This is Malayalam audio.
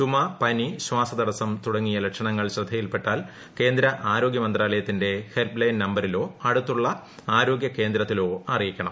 ചുമ പനി ശ്വാസതടസം തുടങ്ങിയ ലക്ഷണങ്ങൾ ശ്രദ്ധയിൽപ്പെട്ടാൽ കേന്ദ്ര ആരോഗ്യ മന്ത്രാലയത്തിന്റെ ഹെൽപ്പലൈൻ നമ്പരിലോ അടുത്തുള്ള ആരോഗ്യ കേന്ദ്രത്തിലോ അറിയിക്കണം